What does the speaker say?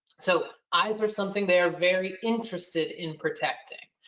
so eyes are something they are very interested in protecting.